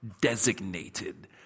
designated